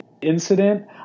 incident